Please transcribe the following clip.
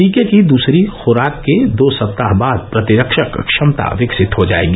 टीके की दूसरी खुराक के दो सप्ताह बाद प्रतिरक्षक क्षमता विकसित हो जाएगी